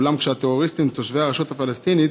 אולם כשהטרוריסטים הם תושבי הרשות הפלסטינית,